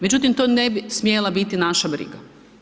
Međutim to ne bi smjela biti naša briga.